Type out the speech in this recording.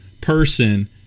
person